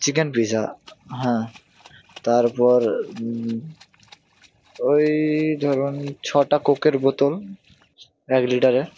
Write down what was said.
chicken pizza হ্যাঁ তারপর ঐ ধরুন ছটা কোকের বোতল এক লিটারের